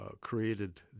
created